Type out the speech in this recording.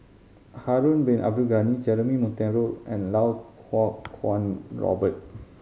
Harun Bin Abdul Ghani Jeremy Monteiro and Lau Kuo Kwong Robert